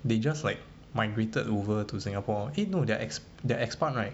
they just like migrated over to singapore eh no they are they are ex~ expat right